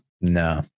no